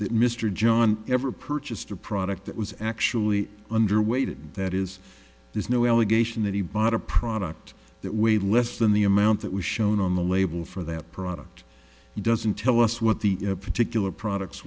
that mr john ever purchased a product that was actually underweight and that is there's no allegation that he bought a product that weighed less than the amount that was shown on the label for that product doesn't tell us what the particular products